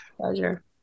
Pleasure